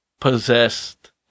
possessed